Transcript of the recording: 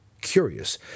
Curious